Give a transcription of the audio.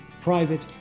private